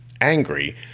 angry